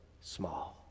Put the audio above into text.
small